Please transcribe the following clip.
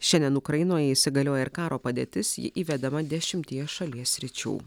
šiandien ukrainoje įsigalioja ir karo padėtis ji įvedama dešimtyje šalies sričių